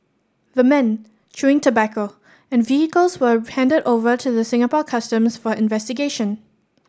the men chewing tobacco and vehicles were handed over to the Singapore Customs for investigation